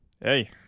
hey